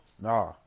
Nah